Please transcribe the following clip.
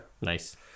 nice